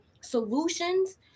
solutions